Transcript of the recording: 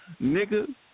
nigga